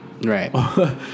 Right